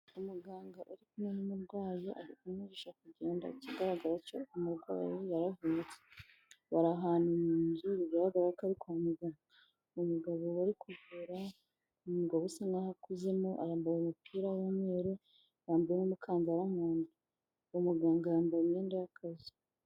Umuganga uri kumwe n'umurwayi ari ku mwigisha kugenda, ikigaragara cyo umurwayi yaravunitse. Bari ahantu mu nzu bigaragara ko ari kwa muganga, umugabo bari kuvura n'umugabo usa nkaho akuzemo, arambaye umupira w'umweru yambaye n'umukandara mu nda, uwo muganga yambaye imyenda y'akazi.